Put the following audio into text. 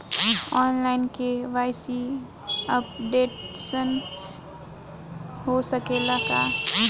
आन line KYC updation हो सकेला का?